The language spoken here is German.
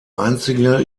einzige